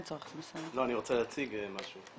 לא, אני רוצה להציג משהו.